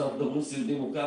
כשאנחנו מדברים סיעודי מורכב,